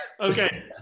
Okay